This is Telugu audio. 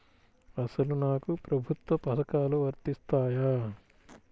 అసలు నాకు ప్రభుత్వ పథకాలు వర్తిస్తాయా?